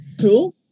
cool